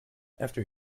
after